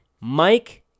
Mike